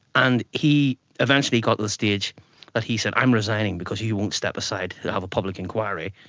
and he eventually got to the stage that he said, i'm resigning, because you won't step aside to have a public inquiry.